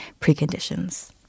preconditions